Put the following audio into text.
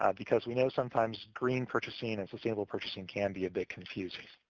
um because we know sometimes green purchasing and sustainable purchasing can be a bit confusing.